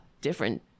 different